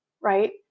Right